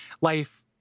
life